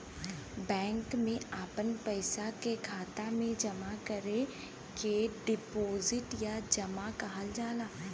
bank मे आपन पइसा के खाता मे जमा करे के डीपोसिट या जमा कहल जाला